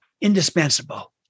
Indispensable